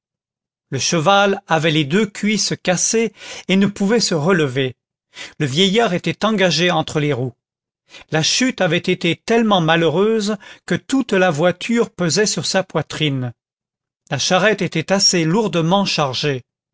le cheval avait les deux cuisses cassées et ne pouvait se relever le vieillard était engagé entre les roues la chute avait été tellement malheureuse que toute la voiture pesait sur sa poitrine la charrette était assez lourdement chargée